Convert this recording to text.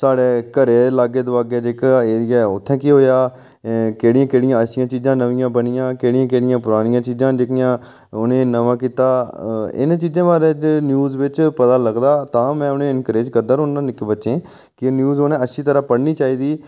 साढ़े घरे दे लागे दुआगे जेह्का एरियां ऐ उत्थै केह् होएआ केह्ड़ियां अच्छियां चीजां नमियां बनियां केह्ड़ियां केह्ड़ियां परानियां चीजां न जेह्कियां ओने ई नमां कीता इ'नें चीजें बारे न्यूज बिच पता लगदा तां मैं उ'नें ई ऐनकरेज करदा रौंह्ना निक्के बच्चें के न्यूज उ'नें अच्छी तरह् पढ़नी चाहिदी